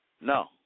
No